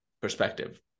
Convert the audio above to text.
perspective